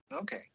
Okay